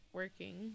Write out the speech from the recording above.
working